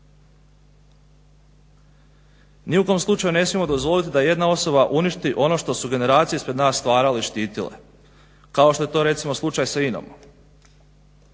Ni u kom slučaju ne smijemo dozvoliti da jedna osoba uništi ono što su generacije ispred nas stvarale i štitile. Kao što je to recimo slučaj sa INA-om.